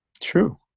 True